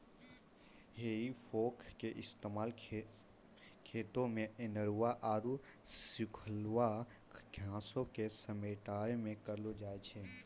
हेइ फोक के इस्तेमाल खेतो मे अनेरुआ आरु सुखलका घासो के समेटै मे करलो जाय छै